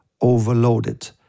overloaded